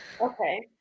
Okay